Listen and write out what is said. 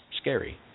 scary